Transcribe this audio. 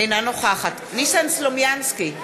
אינה נוכחת ניסן סלומינסקי,